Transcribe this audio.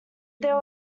there